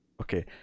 Okay